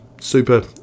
super